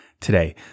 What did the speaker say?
today